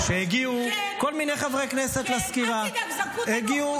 -- שיושבים חברי כנסת שעתיים,